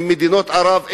עם מדינות ערב,